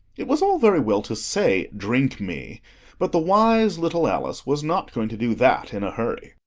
it was all very well to say drink me but the wise little alice was not going to do that in a hurry.